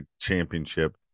championship